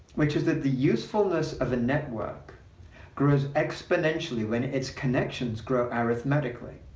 which is that the usefulness of a network grows exponentially when its connections grow arithmetically.